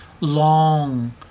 long